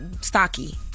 stocky